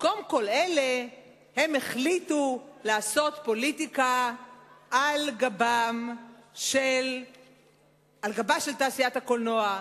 במקום כל אלה הם החליטו לעשות פוליטיקה על גבם של אנשי תעשיית הקולנוע,